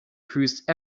cruised